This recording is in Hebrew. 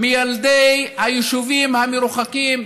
מילדי היישובים המרוחקים,